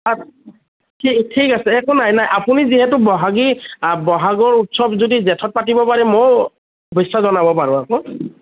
ঠিক ঠিক আছে একো নাই নাই আপুনি যিহেতু বহাগী বহাগৰ উৎসৱ যদি জেঠত পাতিব পাৰে ময়ো শুভেচ্ছা জনাব পাৰোঁ আকৌ